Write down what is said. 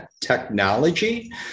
technology